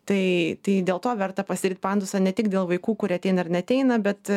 tai tai dėl to verta pasidaryt padusą ne tik dėl vaikų kurie ateina ar neateina bet